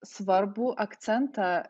svarbų akcentą